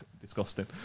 disgusting